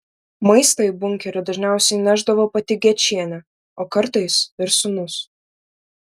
maistą į bunkerį dažniausiai nešdavo pati gečienė o kartais ir sūnus